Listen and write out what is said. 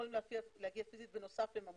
יכולים להגיע פיזית בנוסף לממונה.